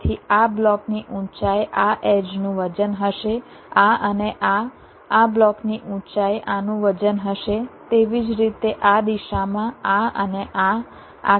તેથી આ બ્લોકની ઊંચાઈ આ એડ્જનું વજન હશે આ અને આ આ બ્લોકની ઊંચાઈ આનું વજન હશે તેવી જ રીતે આ દિશામાં આ અને આ આખી લાઇન છે